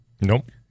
Nope